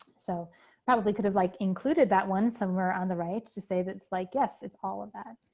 so probably could have like included that one somewhere on the right to say that's like, yes, it's all of that,